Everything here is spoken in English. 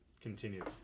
continue